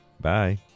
Bye